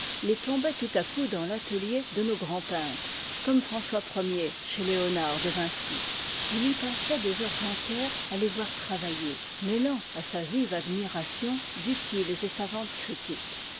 il tomboit iïv tout à coup dans l'atelier de nos grands peintres comme françois i chez léonard de yinci il y passoit des heures entières à les voir travailler mêlant à sa vive admiration d'utiles et savantes critiques